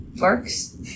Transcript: works